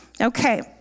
Okay